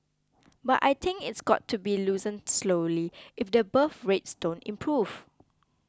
but I think it's got to be loosened slowly if the birth rates don't improve